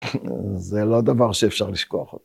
זה לא דבר שאפשר לשכוח אותו.